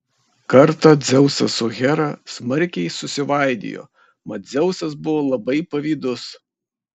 kartą dzeusas su hera smarkiai susivaidijo mat dzeusas buvo labai pavydus